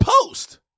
Post